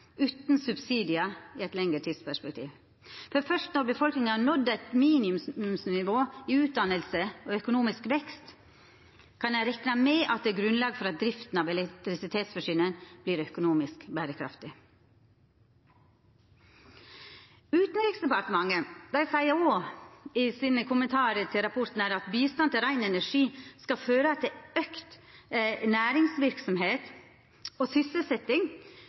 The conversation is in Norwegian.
uten subsidier i et lengre tidsperspektiv. Først når befolkningen har nådd et minimumsnivå i utdannelse og økonomisk vekst, kan en regne med at det er grunnlag for at driften av elektrisitetsforsyningen blir økonomisk bærekraftig.» Utanriksdepartementet skriv òg i sine kommentarar til rapporten at bistand til rein energi «skal føre til økt næringsvirksomhet og sysselsetting,